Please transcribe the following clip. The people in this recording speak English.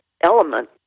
element